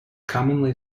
commonly